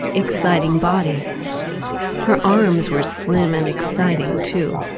exciting body her arms were slim and exciting to